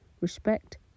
respect